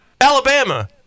Alabama